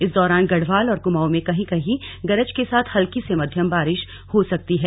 इस दौरान गढ़वाल और कमाऊं में कहीं कहीं गरज के साथ हल्की से मध्यम बारिश हो सकती है